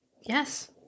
Yes